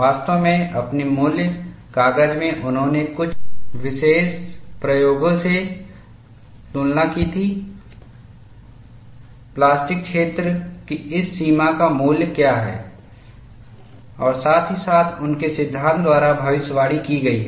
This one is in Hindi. वास्तव में अपने मूल कागज़ में उन्होंने कुछ विशेष प्रयोगों से तुलना की थी प्लास्टिक क्षेत्र की इस सीमा का मूल्य क्या है और साथ ही साथ उनके सिद्धांत द्वारा भविष्यवाणी की गई है